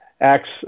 acts